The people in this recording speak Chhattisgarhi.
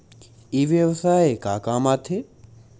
ई व्यवसाय का काम आथे?